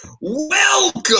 welcome